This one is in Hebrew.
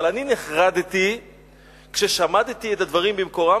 אבל אני נחרדתי כששמעתי את הדברים במקורם,